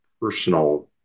personal